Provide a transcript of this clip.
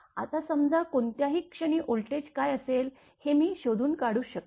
आता समजा कोणत्याही क्षणी व्होल्टेज काय असेल हे मी शोधून काढू शकतो